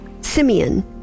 Simeon